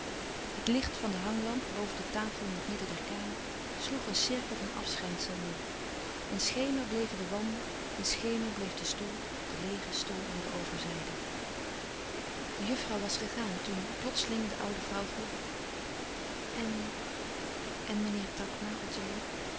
het licht van de hanglamp boven de tafel in het midden der kamer sloeg een cirkel van afschijnsel neêr in schemer bleven de wanden in schemer bleef de stoel de leêge stoel aan de overzijde de juffrouw was gegaan toen plotseling de oude vrouw vroeg en en meneer takma ottilie